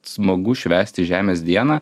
smagu švęsti žemės dieną